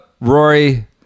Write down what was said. rory